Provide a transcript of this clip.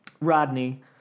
Rodney